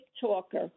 talker